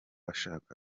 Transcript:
ashaka